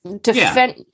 Defend